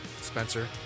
Spencer